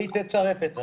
והיא תצרף את זה.